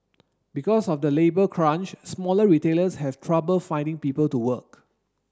because of the labour crunch smaller retailers have trouble finding people to work